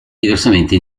diversamente